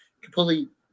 completely